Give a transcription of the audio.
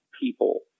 people